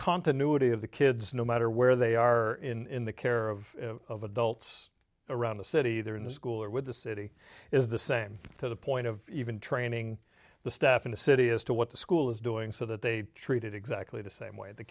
continuity of the kids no matter where they are in the care of adults around the city they're in a school or with the city is the same to the point of even training the staff in the city as to what the school is doing so that they treated exactly the same way the